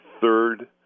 third